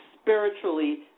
spiritually